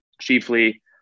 chiefly